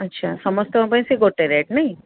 ଆଚ୍ଛା ସମସ୍ତଙ୍କ ପାଇଁ ସେଇ ଗୋଟେ ରେଟ୍ ନାଇଁ